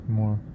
more